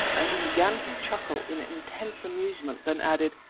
and he began to chuckle in intense amusement, then added,